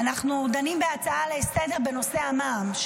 אנחנו דנים בהצעה לסדר-היום בנושא המע"מ,